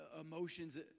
emotions